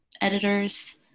editors